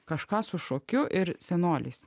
kažką su šokiu ir senoliais